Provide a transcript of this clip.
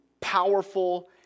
powerful